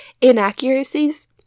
inaccuracies